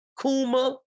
Kuma